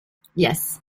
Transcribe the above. yes